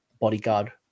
bodyguard